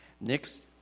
Next